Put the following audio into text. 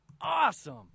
Awesome